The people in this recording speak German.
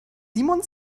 simon